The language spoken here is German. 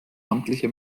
amtliche